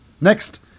Next